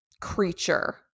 creature